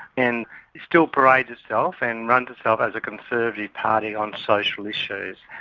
and still parades itself and runs itself as a conservative party on social issues.